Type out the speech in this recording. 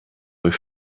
rue